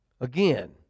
Again